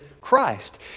Christ